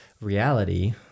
reality